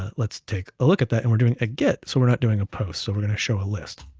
let's take a look at that, and we're doing a get, so we're not doing a post. so we're gonna show a list.